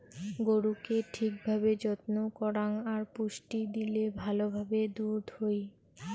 গরুকে ঠিক ভাবে যত্ন করাং আর পুষ্টি দিলে ভালো ভাবে দুধ হই